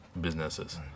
businesses